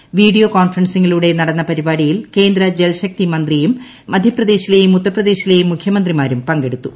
November video കോൺഫറൻസിങ്ങിലൂടെ നടന്ന പരിപാടിയിൽ കേന്ദ്ര ജൽശക്തി മന്ത്രിയും മധ്യപ്രദേശിലെയും ഉത്തർപ്രദേശിലെയും മുഖ്യമന്ത്രിമാരും പങ്കെടു ത്തു